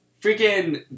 freaking